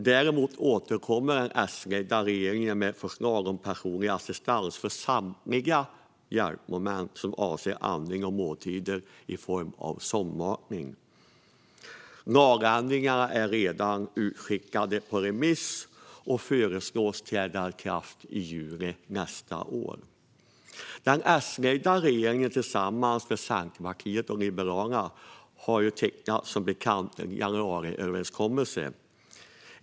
Däremot återkommer den S-ledda regeringen med ett förslag om personlig assistans för samtliga hjälpmoment som avser andning och måltider i form av sondmatning. Lagändringsförslagen är redan utskickade på remiss och föreslås träda i kraft i juli nästa år. Den S-ledda regeringen har som bekant tecknat en januariöverenskommelse tillsammans med Centerpartiet och Liberalerna.